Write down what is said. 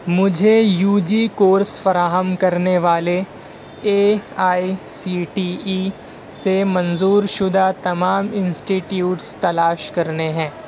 مجھے U G course فراہم کرنے والے A I C T E سے منظورشدہ تمام انسٹیٹیوٹس تلاش کرنے ہیں